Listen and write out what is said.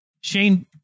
Shane